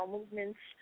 Movements